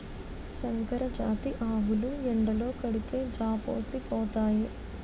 సంకరజాతి ఆవులు ఎండలో కడితే జాపోసిపోతాయి